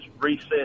reset